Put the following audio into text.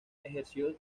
ejerció